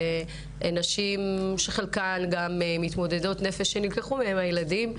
ונשים שחלקן גם מתמודדות נפש שנלקחו מהן הילדים,